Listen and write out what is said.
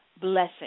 blessing